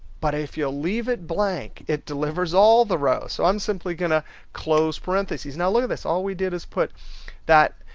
but, if you'll leave it blank, it delivers all the rows. so, i'm simply going to close parenthesis. now, look at this all we did is put that.